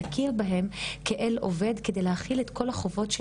נכיר בהם כאל עובד וזאת על מנת להחיל את כל החובות של